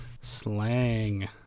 Slang